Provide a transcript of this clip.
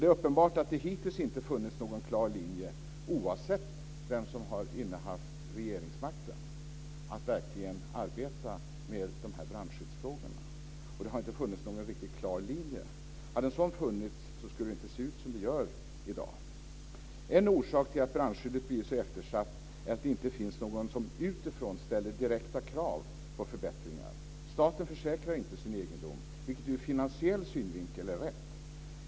Det är uppenbart att det hittills inte har funnits någon klar linje, oavsett vem som har innehaft regeringsmakten, när det gäller att verkligen arbeta med de här brandskyddsfrågorna. Det har inte funnits någon riktigt klar linje. Om en sådan hade funnits skulle det inte se ut som det gör i dag. En orsak till att brandskyddet har blivit så eftersatt är att det inte finns någon som utifrån ställer direkta krav på förbättringar. Staten försäkrar inte sin egendom, vilket ur finansiell synvinkel är rätt.